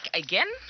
again